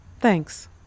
Thanks